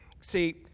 See